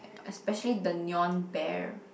especially the neon bear